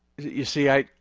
you see i,